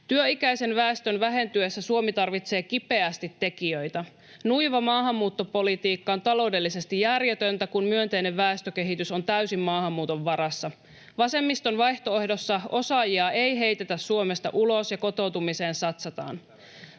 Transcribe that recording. Työikäisen väestön vähentyessä Suomi tarvitsee kipeästi tekijöitä. Nuiva maahanmuuttopolitiikka on taloudellisesti järjetöntä, kun myönteinen väestökehitys on täysin maahanmuuton varassa. Vasemmiston vaihtoehdossa osaajia ei heitetä Suomesta ulos ja kotoutumiseen satsataan.